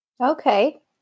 Okay